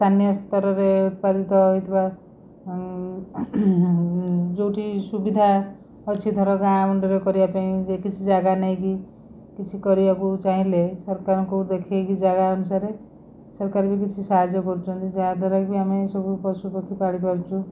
ସ୍ଥାନୀୟ ସ୍ତରରେ ଉତ୍ପାଦିତ ହେଉଥିବା ଯେଉଁଠି ସୁବିଧା ଅଛି ଧର ଗାଁମୁଣ୍ଡରେ କରିବାପାଇଁ ଯେ କିଛି ଜାଗା ନେଇକି କିଛି କରିବାକୁ ଚାହିଁଲେ ସରକାରଙ୍କୁ ଦେଖେଇକି ଜାଗା ଅନୁସାରେ ସରକାର ବି କିଛି ସାହାଯ୍ୟ କରୁଚନ୍ତି ଯାହାଦ୍ଵାରା ବି ଆମେ ସବୁ ପଶୁପକ୍ଷୀ ପାଳିପାରୁଛୁ